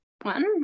one